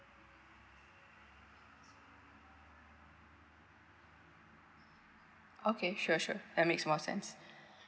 okay sure sure that makes more sense